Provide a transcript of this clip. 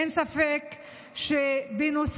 אין ספק שנוסף